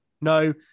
No